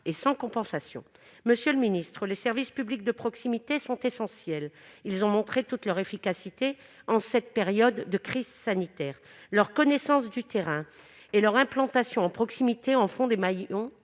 et sans compensation monsieur le Ministre, les services publics de proximité sont essentiels, ils ont montré toute leur efficacité en cette période de crise sanitaire leur connaissance du terrain et leur implantation en proximité, en font des maillots